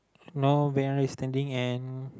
now very understanding and